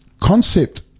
concept